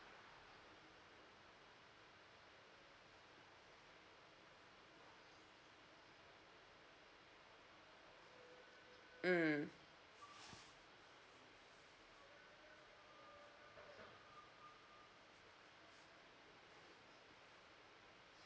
mm